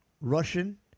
Russian